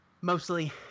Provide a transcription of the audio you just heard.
mostly